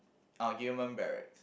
uh Gillman-Barracks